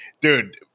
Dude